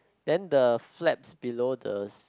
then the flaps below the